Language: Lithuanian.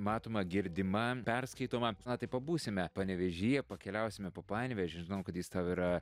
matoma girdima perskaitoma na tai pabūsime panevėžyje pakeliausime po panevėžį žinau kad jis tau yra